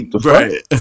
right